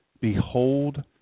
Behold